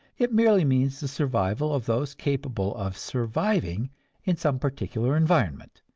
it merely means the survival of those capable of surviving in some particular environment.